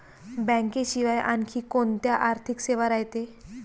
बँकेशिवाय आनखी कोंत्या आर्थिक सेवा रायते?